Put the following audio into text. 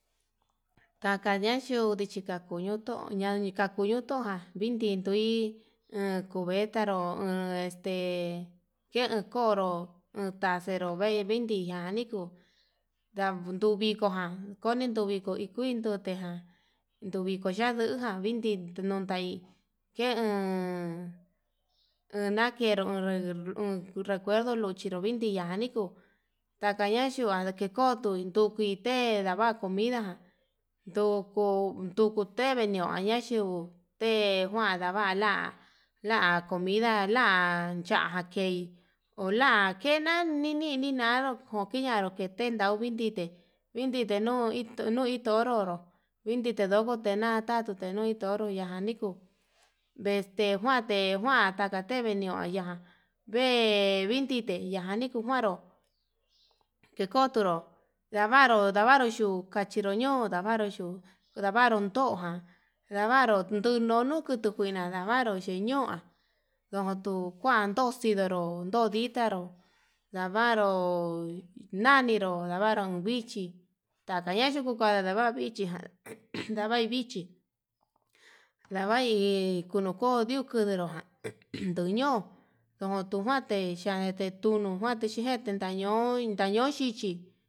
Takaña yo'o ndichi kañutu ñañakunuto, avinkuitui ha kuvetanró ña este ñen konró utacero vein veinti iyaniku ndan nduviko ján, koni kuu viko kuintijan yuviko yandujan viiti tunutai ken unakero uun recuerdo luchi nujin niyaniku, takaña yua kekotui ndukuite ndava comida ján ndoku ndoku teveñoin ñaxhingua te'e ndavada la comida la key ola kena'a, nini nanró ko kiñande tendau vindite vidite nuu nui to'o nroro vindike na'ata tutenui onro ya'a nikuu vexte njuante njuan taka teveño, aya vendite ya anikuu njuanro kekoro ndavaru ndavaru yuu kachinró ñoo ndavaru yuu, ndavaro toján ndavaru nuu nikutu juina ndavaru xheñoa ndontu kuandoxido davaru no nditaro, ndavaru naniro ndavaro ndavru ndichi taka ñayikuu tanda ndak vichi ña ndavai vichí lavai kudioko ndikero ña'a nduu ño'o nuu tunjuante yande yunio njuante tiyete yano'o nui ndintaño xhichi.